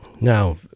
now